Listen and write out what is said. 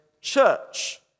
church